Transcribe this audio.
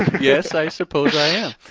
yes, i suppose i am.